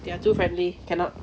there are two family cannot